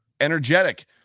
energetic